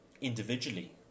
individually